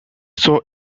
saw